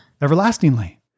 everlastingly